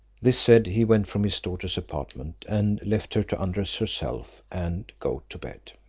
this said, he went from his daughter's apartment, and left her to undress herself and go to bed.